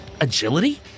Agility